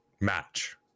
match